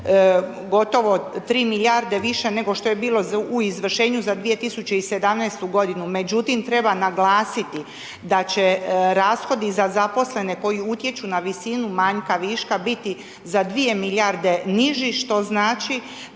gotovo 3 milijarde više nego što je bilo u izvršenju za 2017.-tu godinu. Međutim, treba naglasiti da će rashodi za zaposlene koji utječu na visinu manjka, viška, biti za dvije milijarde niži, što znači